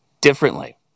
differently